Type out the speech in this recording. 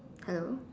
hello